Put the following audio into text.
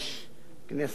כנסת נכבדה,